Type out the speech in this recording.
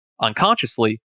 unconsciously